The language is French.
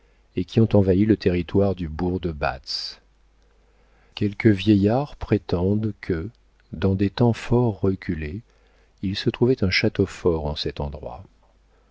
et qui ont envahi le territoire du bourg de batz quelques vieillards prétendent que dans des temps fort reculés il se trouvait un château fort en cet endroit